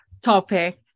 topic